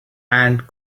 ant